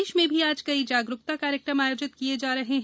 प्रदेश में भी आज कई जागरुकता कार्यक्रम आयोजित किये जा रहे हैं